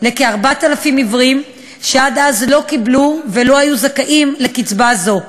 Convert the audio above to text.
לכ-4,000 עיוורים שעד אז לא קיבלו ולא היו זכאים לקצבה הזאת.